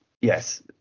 yes